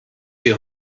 you